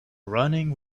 running